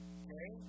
okay